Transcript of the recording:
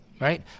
right